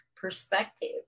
perspective